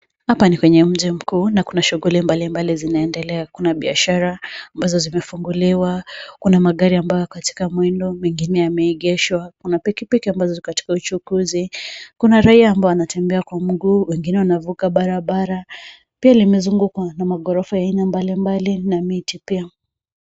Hapa ni kwenye mji mkuu, na kuna shughuli mbalimbali zinaendelea. Kuna biashara ambazo zimefunguliwa, kuna magari ambayo yako katika mwendo mengine yameegeshwa, kuna pikipiki ambazo ziko katika uchukuzi, kuna raia ambao wanatembea kwa mguu, wengine wanavuka barabara. Pia limezungukwa na maghorofa ya aina mbalimbali na miti pia.